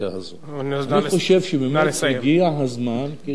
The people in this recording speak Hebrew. אני חושב שבאמת הגיע הזמן לפתור את הבעיה הזו,